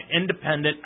independent